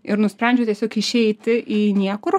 ir nusprendžiau tiesiog išeiti į niekur